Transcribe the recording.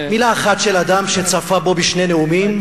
מלה אחת של אדם שצפה בו בשני נאומים,